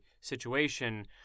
situation